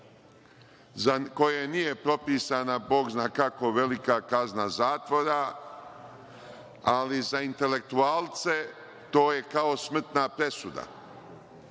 za koje nije propisana bog zna kako velika kazna zatvora, ali za intelektualce to je kao smrtna presuda.